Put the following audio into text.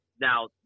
Now